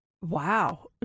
Wow